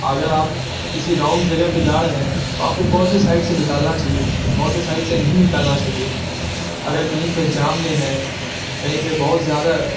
اگر آپ کسی راؤنڈ جگہ پہ جا رہے ہیں تو آپ کو کون سے سائڈ سے نکالنا چاہیے کون سے سائڈ سے نہیں نکالنا چاہیے اگر کہیں پہ جام میں ہیں کہیں پہ بہت زیادہ